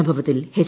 സംഭവത്തിൽ എച്ച്